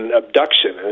abduction